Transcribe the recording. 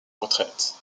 retraite